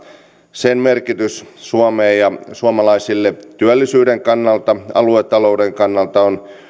sen merkitys suomelle ja suomalaisille työllisyyden kannalta aluetalouden kannalta on